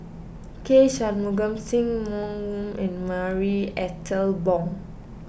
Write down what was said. K Shanmugam Sim Wong Hoo and Marie Ethel Bong